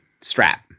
strap